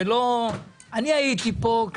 אני הייתי פה,